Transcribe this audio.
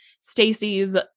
Stacey's